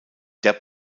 der